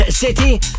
city